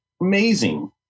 amazing